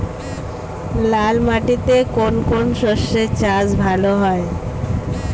লাল মাটিতে কোন কোন শস্যের চাষ ভালো হয়?